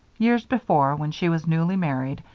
years before, when she was newly married,